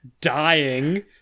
dying